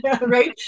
Right